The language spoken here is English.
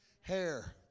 hair